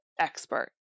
expert